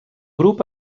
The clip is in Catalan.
grup